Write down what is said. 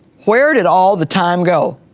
where did all the time go,